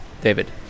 David